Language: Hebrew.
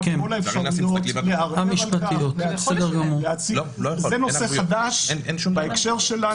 אני מצאתי בהרבה תיקים שאין שם את תנאי